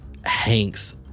Hank's